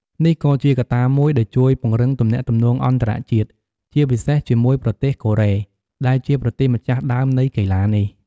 នេះក៏ជាកត្តាមួយដែលជួយពង្រឹងទំនាក់ទំនងអន្តរជាតិ ជាពិសេសជាមួយប្រទេសកូរ៉េ ដែលជាប្រទេសម្ចាស់ដើមនៃកីឡានេះ។